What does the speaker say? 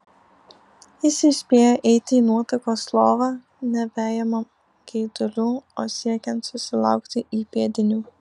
jis įspėja eiti į nuotakos lovą ne vejamam geidulių o siekiant susilaukti įpėdinių